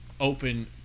open